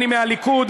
אני מהליכוד,